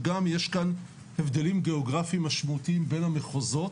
גם יש כאן הבדלים גאוגרפיים משמעותיים בין המחוזות,